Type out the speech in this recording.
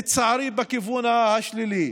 לצערי, בכיוון השלילי.